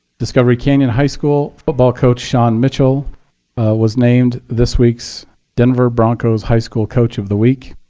discovery canyon high school football coach sean mitchell was named this week's denver broncos high school coach of the week.